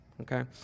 okay